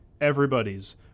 Everybody's